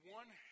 one